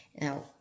Now